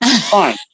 Fine